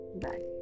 Bye